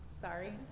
sorry